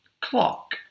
Clock